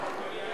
(תיקון,